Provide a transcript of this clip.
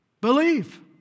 believe